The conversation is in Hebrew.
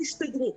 תסתדרו.